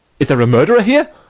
is there a murderer here?